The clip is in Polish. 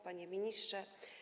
Panie Ministrze!